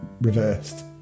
reversed